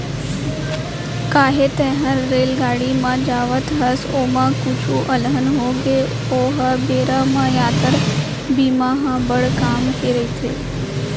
काहे तैंहर रेलगाड़ी म जावत हस, ओमा कुछु अलहन होगे ओ बेरा म यातरा बीमा ह बड़ काम के रइथे